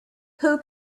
who